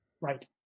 Right